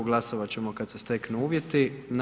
Glasovat ćemo kada se steknu uvjeti.